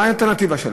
מה האלטרנטיבה שלה?